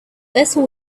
vessel